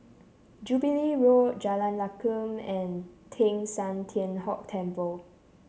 Jubilee Road Jalan Lakum and Teng San Tian Hock Temple